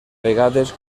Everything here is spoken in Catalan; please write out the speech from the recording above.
vegades